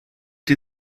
die